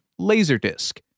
Laserdisc